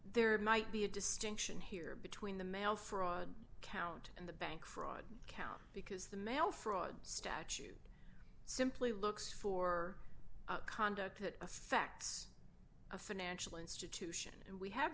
there might be a distinction here between the mail fraud count and the bank fraud count because the mail fraud statute simply looks for conduct that affects a financial institution and we have